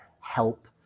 help